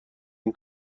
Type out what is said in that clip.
این